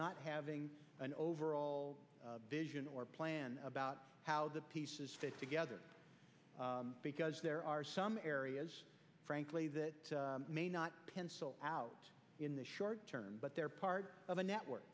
not having an overall vision or plan about how the pieces fit together because there are some areas frankly that may not pencil out in the short term but they're part of a network